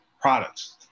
products